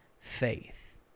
faith